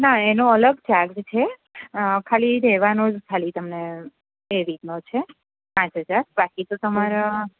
ના એનો અલગ ચાર્જ છે ખાલી રહેવાનો જ ખાલી તમને એ રીતનો છે પાંચ હજાર બાકી તો તમારા